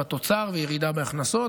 בתוצר וירידה בהכנסות,